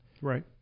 Right